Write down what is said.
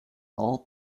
all